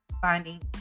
finding